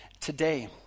Today